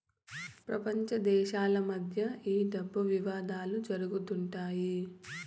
ప్రపంచ దేశాల మధ్య ఈ డబ్బు వివాదాలు జరుగుతుంటాయి